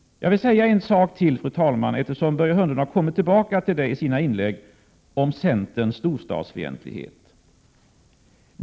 Jag vill säga en sak till, fru talman, eftersom Börje Hörnlund i sina inlägg har kommit tillbaka till detta med centerns storstadsfientlighet.